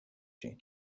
ĝin